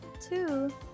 two